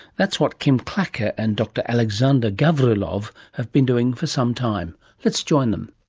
that's what kim clacker and dr alexander gavrilov have been doing for some time. let's join them.